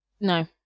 no